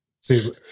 See